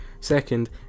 Second